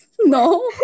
No